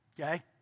Okay